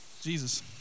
Jesus